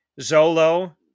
Zolo